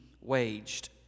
waged